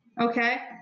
Okay